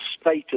status